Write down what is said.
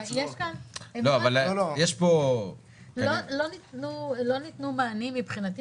לא ניתנו מענים מבחינתי,